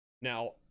now